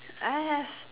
I have